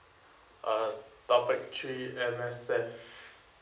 uh topic three M_S_F